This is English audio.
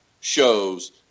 shows